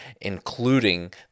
including